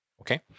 Okay